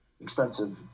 expensive